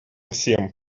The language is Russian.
всем